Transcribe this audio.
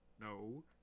No